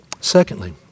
Secondly